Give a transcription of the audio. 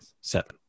seven